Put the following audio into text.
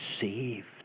saved